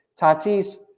Tatis